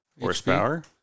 horsepower